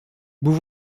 vous